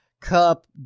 Cup